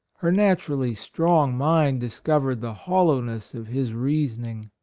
her naturally strong mind discov ered the hollowness of his reason ing.